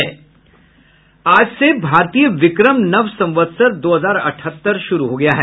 आज से भारतीय विक्रम नव संवत्सर दो हजार अठहत्तर शुरू हो गया है